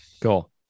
Cool